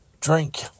Drink